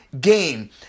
game